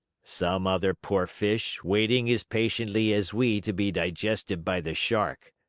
some other poor fish, waiting as patiently as we to be digested by the shark.